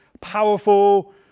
powerful